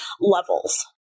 levels